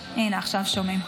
הינה, עכשיו שומעים.